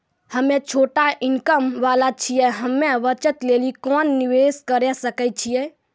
हम्मय छोटा इनकम वाला छियै, हम्मय बचत लेली कोंन निवेश करें सकय छियै?